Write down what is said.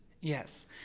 Yes